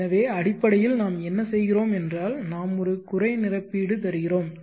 எனவே அடிப்படையில் நாம் என்ன செய்கிறோம் என்றால் நாம் ஒரு குறை நிரப்பீடு தருகிறோம்